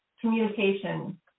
communication